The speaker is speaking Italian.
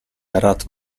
arat